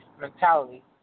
mentality